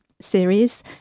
series